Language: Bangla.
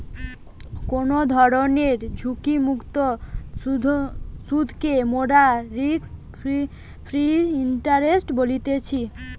কোনো ধরণের ঝুঁকিমুক্ত সুধকে মোরা রিস্ক ফ্রি ইন্টারেস্ট বলতেছি